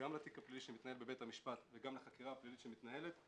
הפלילי שמתנהל בבית המשפט וגם לחקירה הפלילית שמתנהלת,